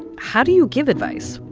how do you give advice?